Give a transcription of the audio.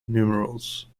numerals